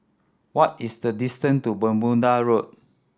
what is the distance to Bermuda Road